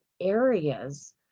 areas